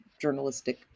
journalistic